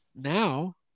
Now